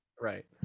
right